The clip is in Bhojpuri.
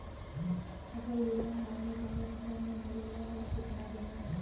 फ़सल बीमा कवने कवने फसल में मिलेला अउर कितना दिन में?